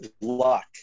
luck